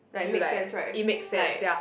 like make sense right like